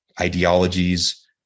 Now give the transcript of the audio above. ideologies